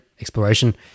exploration